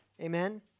Amen